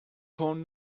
phone